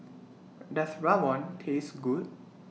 Does Rawon Taste Good